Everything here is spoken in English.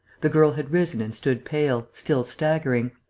the girl had risen and stood pale, still staggering.